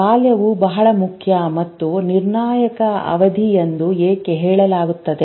ಬಾಲ್ಯವು ಬಹಳ ಮುಖ್ಯ ಮತ್ತು ನಿರ್ಣಾಯಕ ಅವಧಿ ಎಂದು ಏಕೆ ಹೇಳಲಾಗುತ್ತದೆ